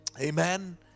Amen